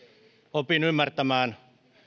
opin ymmärtämään